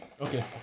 Okay